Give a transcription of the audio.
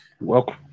Welcome